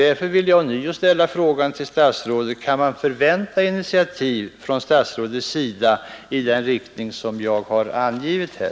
Därför vill jag ånyo ställa frågan till statsrådet: Kan man förvänta initiativ från statsrådet i den riktning som jag har angivit här?